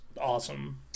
awesome